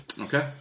okay